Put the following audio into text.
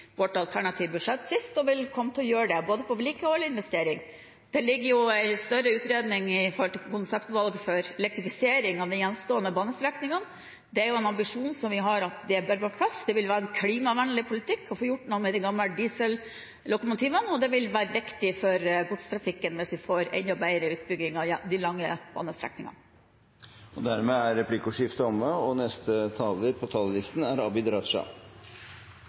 vårt alternative budsjett sist, og vil komme til å gjøre det, både på vedlikehold og investering. Det ligger en større utredning om konseptvalg for elektrifisering av de gjenstående banestrekningene. Det er en ambisjon vi har, at det bør på plass. Det vil være en klimavennlig politikk å få gjort noe med de gamle diesellokomotivene, og det vil være viktig for godstrafikken hvis vi får enda bedre utbygging av de lange banestrekningene. Replikkordskiftet er omme. Innledningsvis tenkte jeg å si at komiteen har vært veldig heldig med å ha en så kyndig saksordfører, og